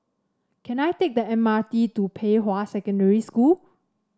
can I take the M R T to Pei Hwa Secondary School